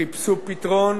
חיפשו פתרון